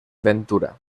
ventura